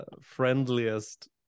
friendliest